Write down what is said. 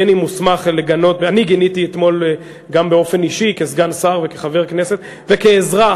אני גיניתי אתמול גם באופן אישי כסגן שר וכחבר כנסת וכאזרח,